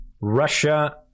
Russia